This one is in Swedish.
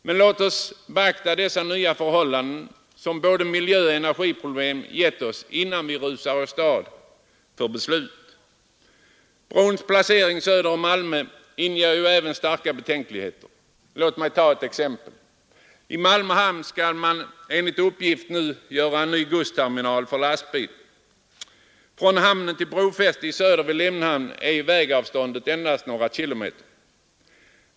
Men låt oss beakta de nya förhållanden som både miljöoch energiproblem gett oss innan vi rusar åstad för beslut. Brons placering söder om Malmö inger även starka betänkligheter. Låt mig ta ett exempel. I Malmö hamn skall man enligt uppgift nu bygga en ny godsterminal för lastbilar. Från hamnen till brofästet i söder vid Limhamn är vägavståndet endast några kilometer.